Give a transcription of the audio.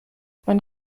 man